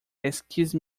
excuse